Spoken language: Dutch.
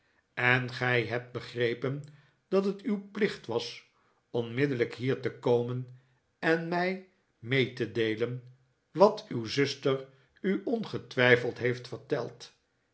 en gij hebt begrepen dat het uw plicht was onmiddellijk hier te komen en mij mee te deelen wat uw zuster u ongetwijfeld heeft verteld